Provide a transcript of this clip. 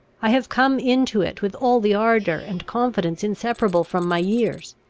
i have come into it with all the ardour and confidence inseparable from my years.